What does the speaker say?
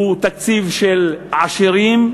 הוא תקציב של עשירים,